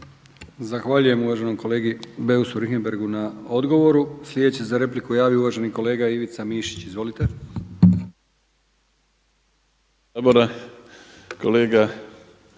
Zahvaljujem uvaženom kolegi Pernaru na replici. Sljedeći se za repliku javio uvaženi kolega Mirando Mrsić. Izvolite.